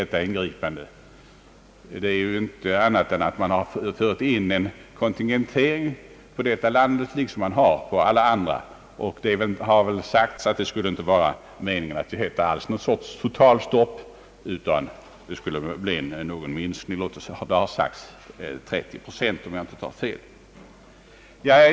Det är ingenting annat än att man har fört in en kontingentering för detta land, liksom man har för andra östländer. Det blir inte för Sydkoreas del något totalstopp för importen utan bara någon minskning — med 30 procent, om jag inte tar fel.